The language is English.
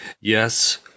Yes